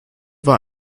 war